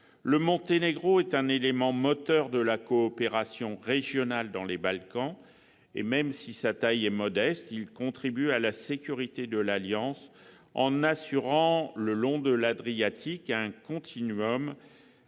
Le Monténégro est un élément moteur de la coopération régionale dans les Balkans. Malgré sa taille modeste, il contribuera à la sécurité de l'Alliance en assurant le long de l'Adriatique un continuum